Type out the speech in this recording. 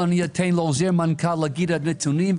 אני אתן לעוזר המנכ"ל לתת נתונים,